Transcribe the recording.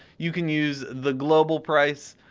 you can use the global price,